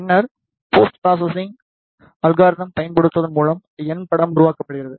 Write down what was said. பின்னர் post processing அல்காரித்ம்களைப் பயன்படுத்துவதன் மூலம் N படம் உருவாக்கப்படுகிறது